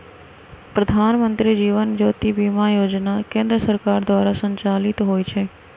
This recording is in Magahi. प्रधानमंत्री जीवन ज्योति बीमा जोजना केंद्र सरकार द्वारा संचालित होइ छइ